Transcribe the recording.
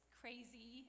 crazy